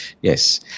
Yes